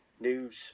news